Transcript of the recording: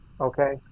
Okay